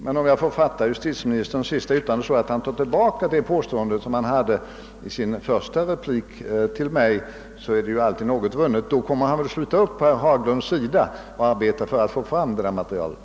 Men får jag fatta justitieministerns sista yttrande på det sättet, att Ni tar tillbaka påståendet i Er första replik till mig, så är ju alltid något vunnet. Då kommer väl herr justitieministern att sluta upp på herr Haglunds sida och försöka få fram det sammanställda materialet.